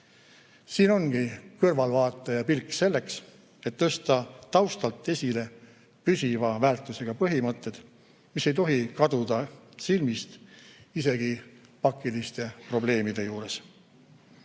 Siin ongi vaja kõrvaltvaataja pilku selleks, et tõsta taustalt esile püsiva väärtusega põhimõtted, mis ei tohi kaduda silmist isegi pakiliste probleemide puhul.